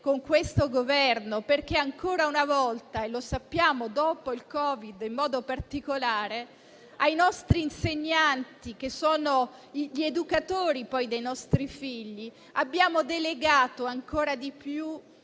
con questo Governo, perché ancora una volta - e lo sappiamo dopo il Covid in modo particolare - ai nostri insegnanti, che sono gli educatori dei nostri figli, abbiamo delegato ancora di più